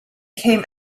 came